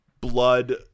blood